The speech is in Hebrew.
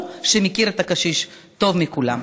הוא שמכיר את הקשיש טוב מכולם.